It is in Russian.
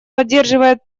поддерживает